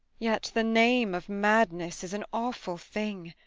yet the name of madness is an awful thing